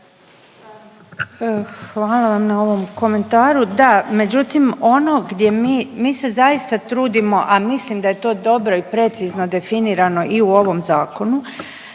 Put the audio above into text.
Hvala vam na ovom komentaru, da međutim ono gdje mi, mi se zaista trudimo, a mislim da je to dobro i precizno definirano i u ovom zakonu,